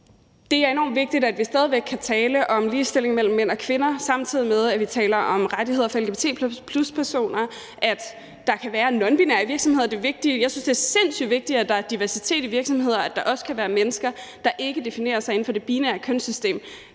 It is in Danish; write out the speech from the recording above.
Det er enormt vigtigt, at vi stadig væk kan tale om ligestilling mellem mænd og kvinder, samtidig med at vi taler om rettigheder for lgbt+-personer. At der kan være nonbinære i virksomheder, er vigtigt. Jeg synes, at det er sindssygt vigtigt, at der er diversitet i virksomheder, og at der også kan være mennesker, der ikke definerer sig inden for det binære kønssystem.